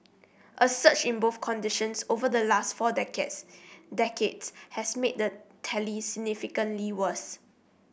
a surge in both conditions over the last four decades decades has made the tally significantly worse